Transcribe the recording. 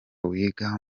wigaga